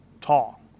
tall